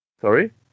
sorry